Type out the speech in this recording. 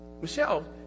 Michelle